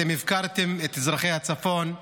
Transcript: אתם הפקרתם את אזרחי הצפון,